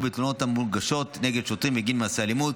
בתלונות המוגשות נגד שוטרים בגין מעשי אלימות,